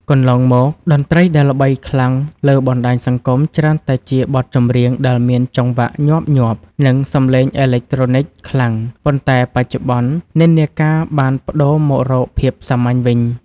កន្លងមក តន្ត្រីដែលល្បីខ្លាំងលើបណ្តាញសង្គមច្រើនតែជាបទចម្រៀងដែលមានចង្វាក់ញាប់ៗ និងសំឡេងអេឡិចត្រូនិកខ្លាំង ប៉ុន្តែបច្ចុប្បន្ននិន្នាការបានប្តូរមករកភាពសាមញ្ញវិញ។